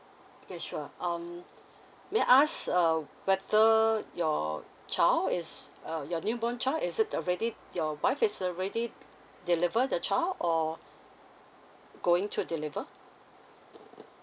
okay sure um may I ask uh whether your child is uh your new born child is it already your wife is already deliver the child or going to deliver